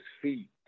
feet